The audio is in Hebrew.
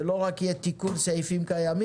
זה האתגר שאנחנו רוצים לתת לו מענה.